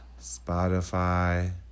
spotify